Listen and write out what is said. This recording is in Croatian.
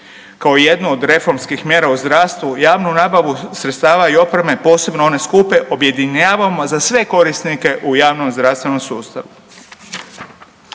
kao jednu od reformskih mjera u zdravstvu, javnu nabavu sredstava i opreme, posebno one skupe, objedinjavamo za sve korisnike u javnom zdravstvenom sustavu.